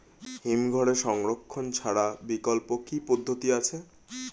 হিমঘরে সংরক্ষণ ছাড়া বিকল্প কি পদ্ধতি আছে?